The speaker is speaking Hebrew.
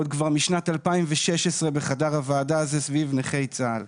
עוד משנת 2016 בחדר הוועדה זה סביב נכי צה"ל.